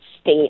state